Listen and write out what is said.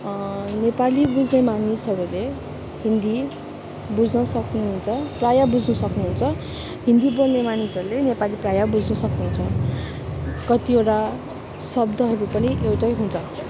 नेपाली बुझ्ने मानिसहरूले हिन्दी बुझ्न सक्नुहुन्छ प्रायः बुझ्न सक्नुहुन्छ हिन्दी बोल्ने मानिसहरूले नेपाली प्रायः बुझ्न सक्नुहुन्छ कतिवटा शब्दहरू पनि एउटै हुन्छ